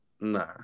Nah